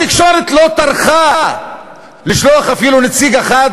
התקשורת לא טרחה לשלוח אפילו נציג אחד